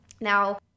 Now